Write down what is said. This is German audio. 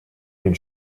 den